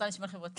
לשוויון חברתי.